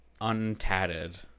untatted